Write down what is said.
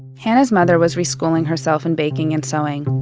hana's mother was reschooling herself in baking and sewing.